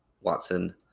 Watson